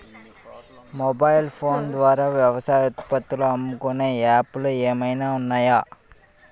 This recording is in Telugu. మొబైల్ ఫోన్ ద్వారా వ్యవసాయ ఉత్పత్తులు అమ్ముకునే యాప్ లు ఏమైనా ఉన్నాయా?